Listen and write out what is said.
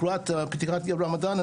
לקראת פתיחת הרמדאן,